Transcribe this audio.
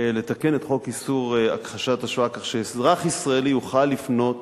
לתקן את חוק איסור הכחשת השואה כך שאזרח ישראלי יוכל לפנות